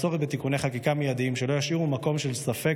יש צורך בתיקוני חקיקה מיידיים שלא ישאירו מקום של ספק